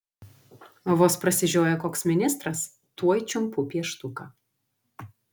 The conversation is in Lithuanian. vos prasižioja koks ministras tuoj čiumpu pieštuką